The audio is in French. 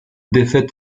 défaite